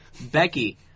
Becky